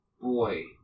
boy